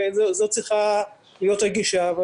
וזו צריכה להיות הגישה.